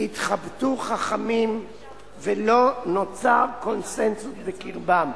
התחבטו חכמים ולא נוצר קונסנזוס בקרבם".